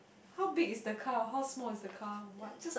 how big is the car how small is the car what